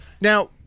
Now